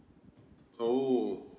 oh